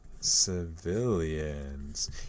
Civilians